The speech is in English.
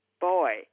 Boy